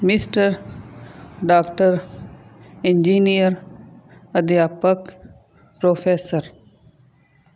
mister doctor engineer ਅਧਿਆਪਕ professor